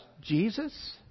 Jesus